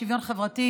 המשרד לשוויון חברתי,